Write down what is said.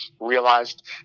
Realized